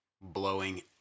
blowing